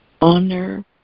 honor